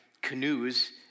canoes